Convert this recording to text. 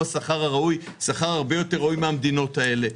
השכר הראוי שכר הרבה יותר ראוי מהמדינות האלה,